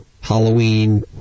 Halloween